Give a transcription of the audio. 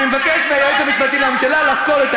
אני לא רוצה למשוך אותך,